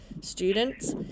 students